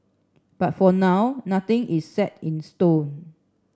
but for now nothing is set in stone